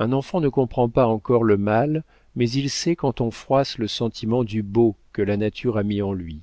un enfant ne comprend pas encore le mal mais il sait quand on froisse le sentiment du beau que la nature a mis en lui